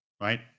right